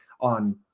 on